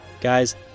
Guys